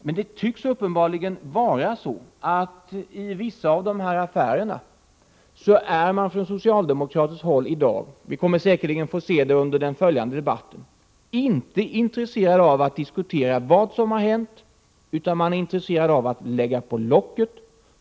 Men det tycks vara så att man från socialdemokratiskt håll i vissa av de här ”affärerna” — vi kommer säkerligen att få se det i den följande debatten — inte är intresserad av att diskutera vad som har hänt, utan man är intresserad av att lägga på locket.